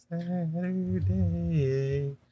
Saturday